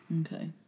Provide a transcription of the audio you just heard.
Okay